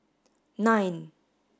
nine